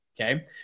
Okay